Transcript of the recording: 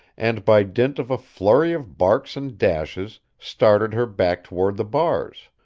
and by dint of a flurry of barks and dashes started her back toward the bars.